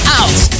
out